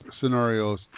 scenarios